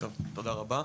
תודה רבה.